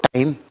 Time